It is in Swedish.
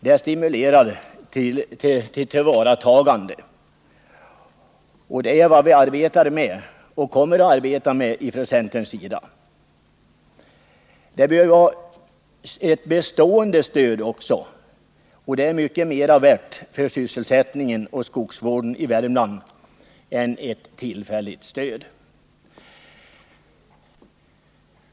Det stimulerar till ett tillvaratagande av detta virke, och det är vad vi arbetar för och kommer att arbeta för från centerns sida. Det stödet skulle dessutom vara bestående, och det är mycket mer värt för sysselsättningen och skogsvården i Värmland än ett tillfälligt stöd av socialdemokratisk modell.